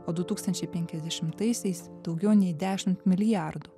o du tūkstančiai penkiasdešimtaisiais daugiau nei dešimt milijardų